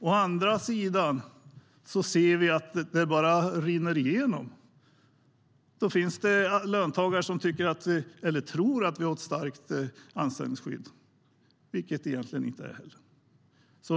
Å andra sidan ser vi att det bara rinner igenom. Det finns löntagare som tror att vi har ett starkt anställningsskydd, vilket vi egentligen inte har.